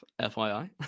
FYI